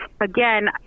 again